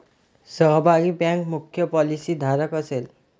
सहभागी बँक मुख्य पॉलिसीधारक असेल